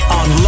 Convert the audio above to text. on